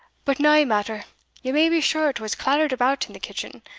but nae matter ye may be sure it was clattered about in the kitchen,